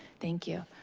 thank you.